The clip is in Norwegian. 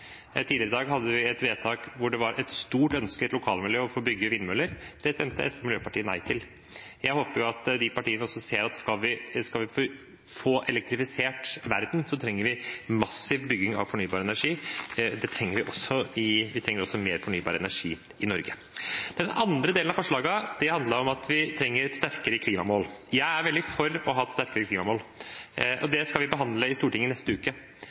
Tidligere i dag voterte vi over en sak hvor det var et stort ønske i et lokalmiljø om å få bygge vindmøller. Det stemte SV og Miljøpartiet De Grønne nei til. Jeg håper at de partiene ser at skal vi få elektrifisert verden, trenger vi massiv bygging av fornybar energi. Vi trenger også mer fornybar energi i Norge. De andre forslagene handler om at vi trenger sterkere klimamål. Jeg er veldig for å ha sterkere klimamål, og det skal vi behandle i Stortinget i neste uke.